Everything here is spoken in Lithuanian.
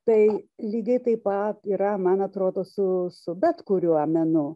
tai lygiai taip pat yra man atrodo su su bet kuriuo menu